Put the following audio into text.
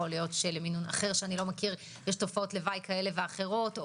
אולי למינון אחר שאני לא מכיר יש תופעות לוואי כאלה ואחרות.